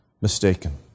mistaken